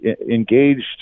engaged